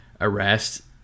arrest